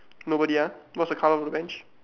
nobody ah what's the colour of the bench